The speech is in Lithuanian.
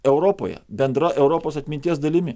europoje bendra europos atminties dalimi